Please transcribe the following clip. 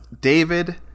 David